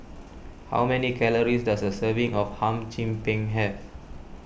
how many calories does a serving of Hum Chim Peng have